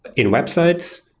in websites,